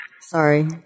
sorry